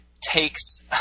takes